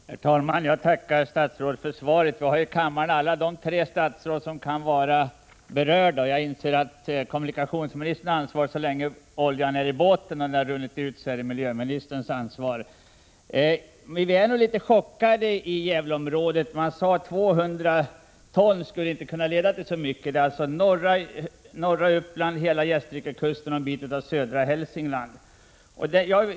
Herr talman! Jag tackar statsrådet för svaret. Vi har i kammaren alla de tre statsråd som kan vara berörda av min fråga. Jag inser att kommunikationsministern är ansvarig så länge oljan är i båten. När den har runnit ut är det miljöministern som har ansvaret. Vi är nog litet chockade inom Gävleområdet. Man sade att 200 ton olja inte skulle kunna leda till så mycket, men det är alltså norra Uppland, hela Gästrikekusten och en bit av södra Hälsingland som drabbats hårt.